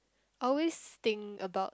always think about